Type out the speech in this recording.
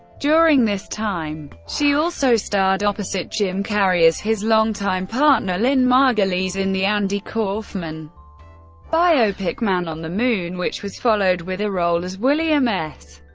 during this time, time, she also starred opposite jim carrey as his longtime partner lynne margulies in the andy kaufman biopic man on the moon, which was followed with a role as william s.